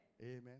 Amen